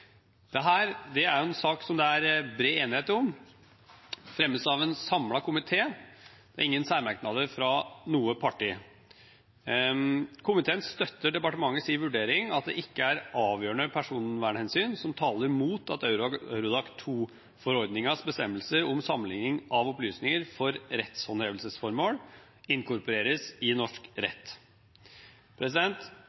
det er bred enighet om. Den fremmes av en samlet komité, og det er ingen særmerknader fra noe parti. Komiteen støtter departementets vurdering av at det ikke er avgjørende personvernhensyn som taler mot at Eurodac II-forordningens bestemmelser om sammenligning av opplysninger for rettshåndhevelsesformål inkorporeres i norsk